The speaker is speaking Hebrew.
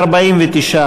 61,